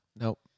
Nope